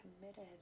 committed